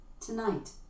Tonight